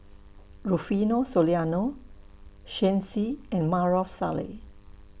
Rufino Soliano Shen Xi and Maarof Salleh